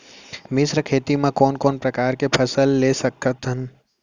मिश्र खेती मा कोन कोन प्रकार के फसल ले सकत हन?